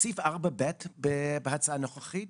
סעיף 4(ב) בהצעה הנוכחית